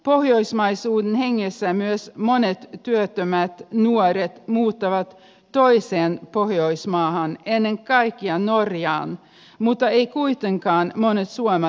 pohjoismaisuuden hengessä myös monet työttömät nuoret muuttavat toiseen pohjoismaahan ennen kaikkea norjaan mutta eivät kuitenkaan monet suomalaiset